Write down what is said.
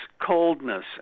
coldness